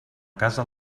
casa